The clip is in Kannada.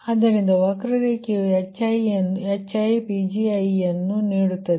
ಆದ್ದರಿಂದ ವಕ್ರರೇಖೆಯು HiPgiಯನ್ನು ನೀಡುತ್ತದೆ